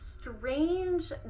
strange